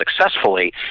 successfully